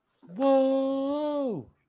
Whoa